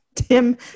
Tim